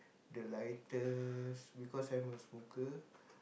the lighters because I'm a smoker